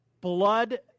blood